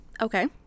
Okay